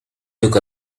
took